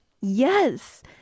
Yes